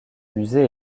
musée